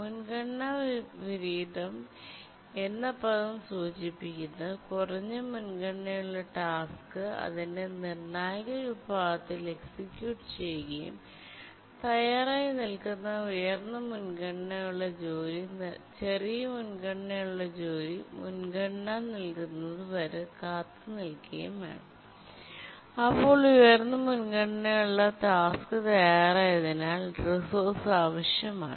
മുൻഗണനാ വിപരീതം എന്ന പദം സൂചിപ്പിക്കുന്നത് കുറഞ്ഞ മുൻഗണനയുള്ള ടാസ്ക് അതിന്റെ നിർണായക വിഭാഗത്തിൽ എക്സിക്യൂട്ട് ചെയ്യുകയും തയ്യാറായി നിൽക്കുന്ന ഉയർന്ന മുൻഗണന ഉള്ള ജോലി ചെറിയ മുൻഗണന ഉള്ള ജോലി മുൻഗണന നൽകുന്നത് വരെ കാത്തുനിൽക്കുകയും വേണം അപ്പോൾ ഉയർന്ന മുൻഗണനയുള്ള ടാസ്ക് തയ്യാറായതിനാൽ റിസോഴ്സ് ആവശ്യമാണ്